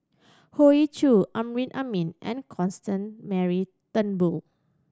Hoey Choo Amrin Amin and Constance Mary Turnbull